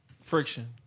Friction